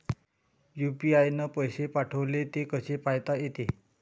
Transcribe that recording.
UPI न पैसे पाठवले, ते कसे पायता येते?